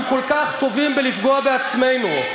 אנחנו כל כך טובים בלפגוע בעצמנו.